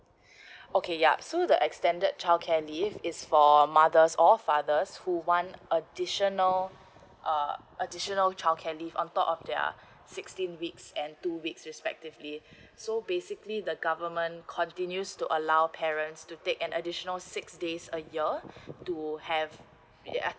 okay yup so the extended childcare leave is for mothers or fathers who want additional uh additional childcare leave on top of their sixteen weeks and two weeks respectively so basically the government continues to allow parents to take an additional six days a year to have yeah